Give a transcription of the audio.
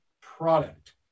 product